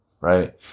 right